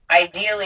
ideally